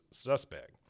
suspect